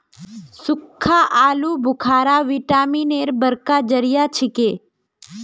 सुक्खा आलू बुखारा विटामिन एर बड़का जरिया छिके